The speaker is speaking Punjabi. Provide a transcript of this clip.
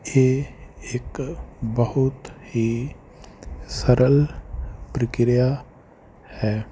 ਇਹ ਇੱਕ ਬਹੁਤ ਹੀ ਸਰਲ ਪ੍ਰਕਿਰਿਆ ਹੈ